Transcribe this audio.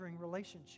relationship